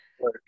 Right